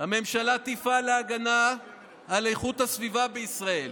הממשלה תפעל להגנה על איכות הסביבה בישראל,